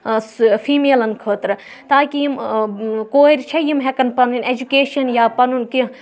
سُہ فیملٮ۪ن خٲطرٕ تاکہِ یِم کورِ چھ یِم ہؠکَان پَنٕنۍ اؠجُکیشَن یا پَنُن کینٛہہ